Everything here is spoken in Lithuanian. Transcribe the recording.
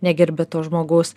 negerbia to žmogaus